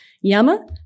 Yama